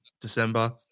december